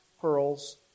pearls